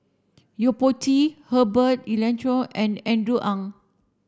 Yo Po Tee Herbert Eleuterio and Andrew Ang